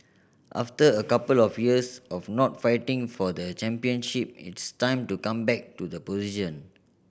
after a couple of years of not fighting for the championship it's time to come back to the position